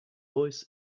voice